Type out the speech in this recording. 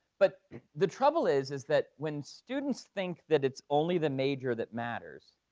but the trouble is is that when students think that it's only the major that matters,